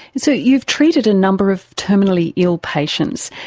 and so you've treated a number of terminally ill patients.